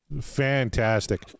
Fantastic